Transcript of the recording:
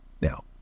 now